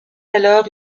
alors